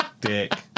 dick